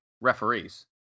referees